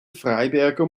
freiberger